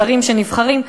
השרים שנבחרים.